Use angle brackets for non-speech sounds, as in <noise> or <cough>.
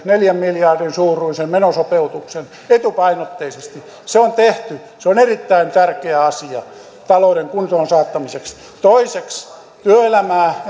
neljän miljardin suuruisen menosopeutuksen etupainotteisesti se on tehty se on erittäin tärkeä asia talouden kuntoon saattamiseksi toiseksi työelämää <unintelligible>